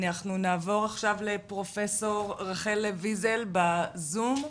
נעבור עכשיו לפרופסור רחל ויזל בזום.